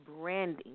branding